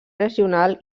regional